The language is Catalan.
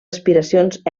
aspiracions